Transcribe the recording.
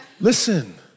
Listen